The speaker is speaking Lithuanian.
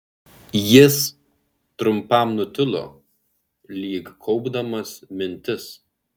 jis trumpam nutilo lyg kaupdamas mintis